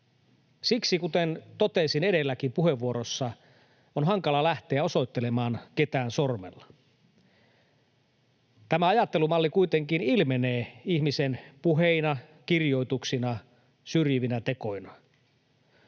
Siksi, kuten totesin edelläkin puheenvuorossani, on hankala lähteä osoittelemaan ketään sormella. Tämä ajattelumalli kuitenkin ilmenee ihmisen puheina, kirjoituksina, syrjivinä tekoina.